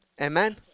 amen